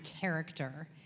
character